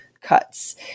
cuts